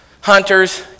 hunters